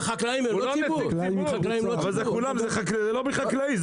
אבל זה לובי חקלאי.